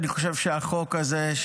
אני חושב שהחוק הזה,